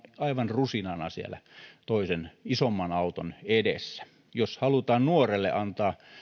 aivan rusinana siellä toisen isomman auton edessä jos halutaan nuorelle antaa